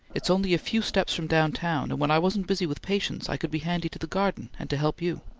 it's only a few steps from downtown, and when i wasn't busy with patients, i could be handy to the garden, and to help you.